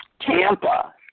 Tampa